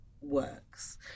works